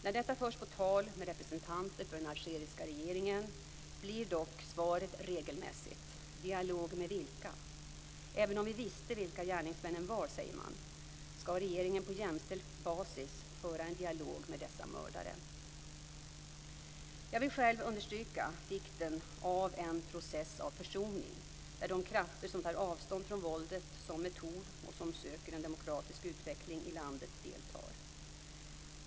När detta förs på tal med representanter för den algeriska regeringen blir dock svaret regelmässigt: Dialog med vilka? Även om vi visste vilka gärningsmännen var, säger man, skall regeringen på jämställd basis föra en dialog med dessa mördare? Jag vill själv understryka vikten av en process av försoning, där de krafter som tar avstånd från våldet som metod och som söker en demokratisk utveckling i landet deltar.